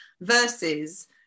versus